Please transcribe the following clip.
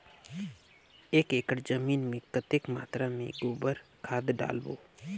एक एकड़ जमीन मे कतेक मात्रा मे गोबर खाद डालबो?